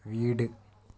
വീട്